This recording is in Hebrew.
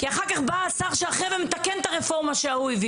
כי אחר כך בא השר האחר ומתקן את הרפורמה שהוא הביא